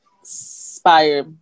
inspire